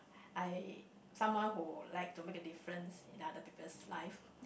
I someone who like to make a difference in other people's life